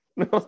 no